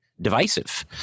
divisive